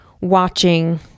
watching